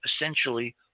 essentially